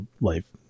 life